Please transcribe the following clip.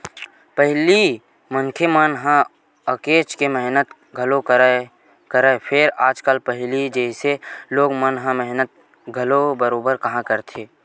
पहिली मनखे मन ह काहेच के मेहनत घलोक करय, फेर आजकल पहिली जइसे लोगन मन ह मेहनत घलोक बरोबर काँहा करथे